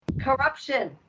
corruption